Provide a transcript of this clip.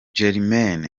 germain